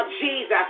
Jesus